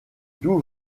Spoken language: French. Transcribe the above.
d’où